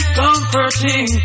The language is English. comforting